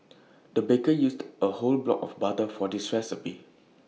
the baker used A whole block of butter for this recipe